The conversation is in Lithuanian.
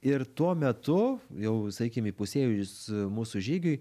ir tuo metu jau sakykim įpusėjus mūsų žygiui